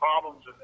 problems